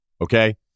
Okay